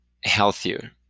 healthier